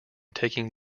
taking